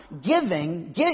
giving